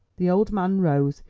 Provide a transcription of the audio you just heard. the old man rose,